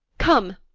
come,